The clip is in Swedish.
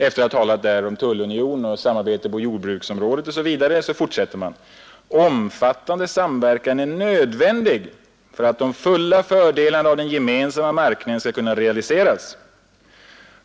Efter att ha talat om tullunionen och samarbetet på jordbruksområdet fortsätter man: ”——— omfattande samverkan är nödvändig för att de fulla fördelarna av den gemensamma marknaden skall kunna realiseras.